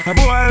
Boy